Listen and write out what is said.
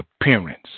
appearance